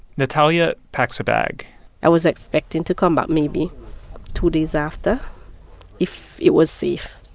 natalia packs a bag i was expecting to come back maybe two days after if it was safe,